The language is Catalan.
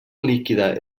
líquida